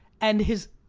and his,